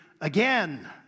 again